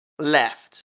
left